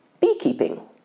beekeeping